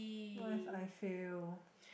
what if I failf